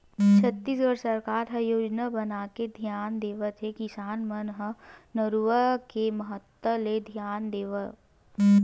छत्तीसगढ़ सरकार ह योजना बनाके धियान देवत हे किसान मन बर नरूवा के महत्ता ल धियान देवत